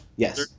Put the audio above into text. yes